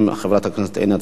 חברת הכנסת עינת וילף,